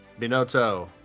Binotto